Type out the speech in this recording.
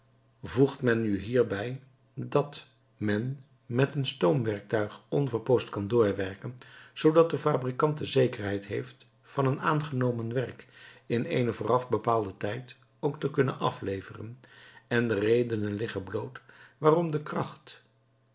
voegt men nu nog hierbij dat men met een stoomwerktuig onverpoosd kan doorwerken zoodat de fabrikant de zekerheid heeft van een aangenomen werk in eenen vooraf bepaalden tijd ook te kunnen afleveren en de redenen liggen bloot waarom de kracht